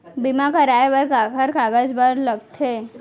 बीमा कराय बर काखर कागज बर लगथे?